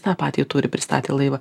tą patį turi pristatė laivą